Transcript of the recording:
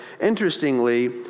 Interestingly